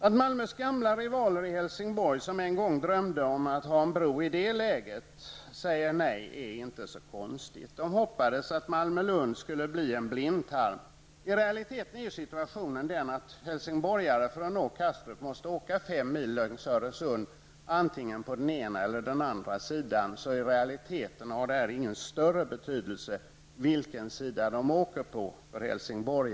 Att Malmös gamla rivaler i Helsingborg -- som en gång drömde om en bro -- säger nej är inte så konstigt. De hoppades att Malmö och Lund skulle bli en blindtarm. För att helsingborgarna skall kunna komma till Kastrup måste de åka 5 mil längs Öresund antingen på den ena eller andra sidan. I realiteten har det således ingen större betydelse för helsingborgarna på vilken sida de åker.